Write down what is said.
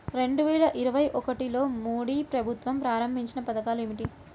రెండు వేల ఇరవై ఒకటిలో మోడీ ప్రభుత్వం ప్రారంభించిన పథకాలు ఏమిటీ?